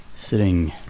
sitting